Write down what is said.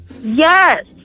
Yes